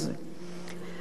אומר כבר עכשיו: